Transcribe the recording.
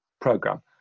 program